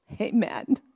Amen